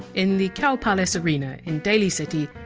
in the cow palace arena in daly city,